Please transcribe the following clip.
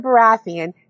Baratheon